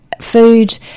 food